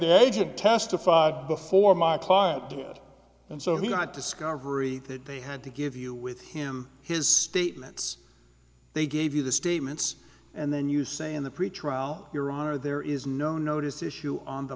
the agent testified before my client and so he got discovery that they had to give you with him his statements they gave you the statements and then you say in the pretrial your honor there is no notice issue on the